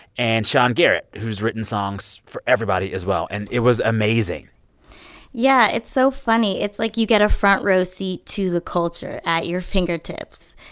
and sean garrett, who's written songs for everybody, as well. and it was amazing yeah. it's so funny. it's like you get a front row seat to the culture at your fingertips.